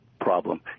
problem